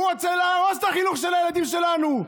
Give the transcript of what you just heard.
הוא רוצה להרוס את החינוך של הילדים שלנו.